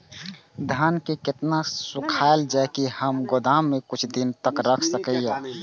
धान के केतना सुखायल जाय की हम गोदाम में कुछ दिन तक रख सकिए?